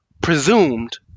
presumed